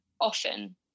often